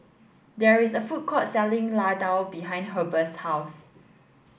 there is a food court selling Ladoo behind Heber's house